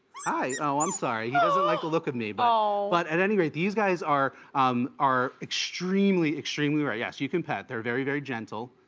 hi! oh, i'm sorry, he doesn't like look at me. but but at any rate, these guys are um are extremely extremely rare. yes, you can pet. they're very very gentle.